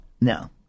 no